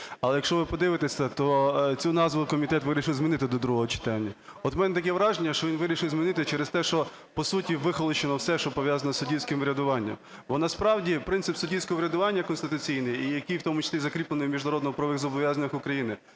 Але якщо ви подивитеся, то цю назву комітет вирішив змінити до другого читання. От у мене таке враження, що він вирішив змінити через те, що по суті вихолощено все, що пов'язано із суддівським врядуванням. Бо насправді принцип суддівського врядування конституційний і який у тому числі закріплений у міжнародно-правових зобов'язаннях України